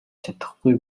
чадахгүй